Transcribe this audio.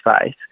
face